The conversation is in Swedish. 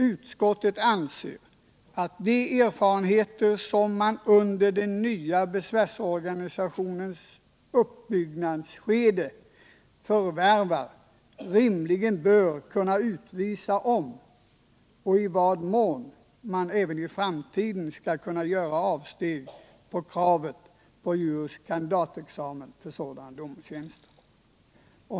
Utskottet anser att de erfarenheter som man under den nya besvärsorganisationens uppbyggnadsskede förvärvar rimligen bör kunna utvisa om och i vad mån man även i framtiden skall kunna göra avsteg från kravet på juris kandidat-examen för sådan domartjänst.